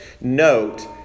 note